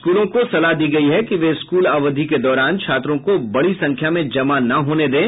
स्कूलों को सलाह दी गई है कि वे स्कूल अवधि के दौरान छात्रों को बड़ी संख्या में जमा ना होने दें